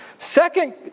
Second